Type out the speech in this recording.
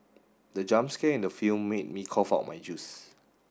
the jump scare in the film made me cough out my juice